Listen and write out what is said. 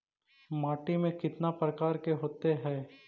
माटी में कितना प्रकार के होते हैं?